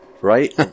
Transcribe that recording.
right